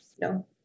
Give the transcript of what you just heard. no